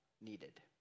needed